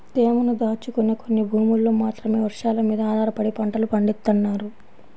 తేమను దాచుకునే కొన్ని భూముల్లో మాత్రమే వర్షాలమీద ఆధారపడి పంటలు పండిత్తన్నారు